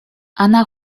она